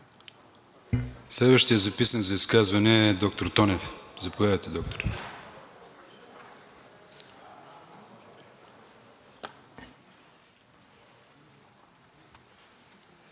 Следващият записан за изказване е доктор Тонев. Заповядайте, Докторе.